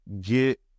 get